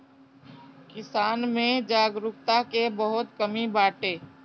किसान में जागरूकता के बहुते कमी बाटे